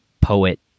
poet